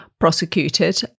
prosecuted